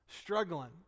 struggling